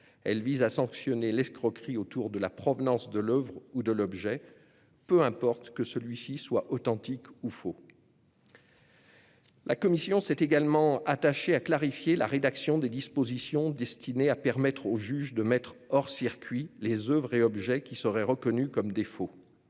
Elle vise à sanctionner l'escroquerie sur la provenance de l'oeuvre ou de l'objet, peu importe que celui-ci soit authentique ou faux. La commission s'est également attachée à clarifier la rédaction des dispositions destinées à permettre au juge de mettre hors circuit les oeuvres et objets qui seraient reconnus comme des faux.